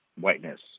whiteness